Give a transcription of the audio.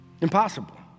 Impossible